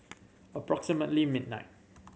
approximately midnight